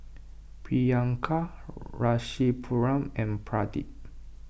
Priyanka Rasipuram and Pradip